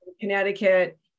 Connecticut